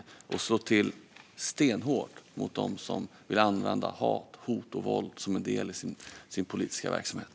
Vi måste slå till stenhårt mot dem som vill använda hat, hot och våld som en del i sin politiska verksamhet.